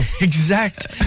Exact